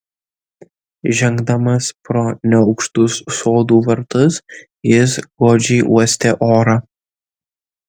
žengdamas pro neaukštus sodų vartus jis godžiai uostė orą